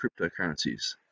cryptocurrencies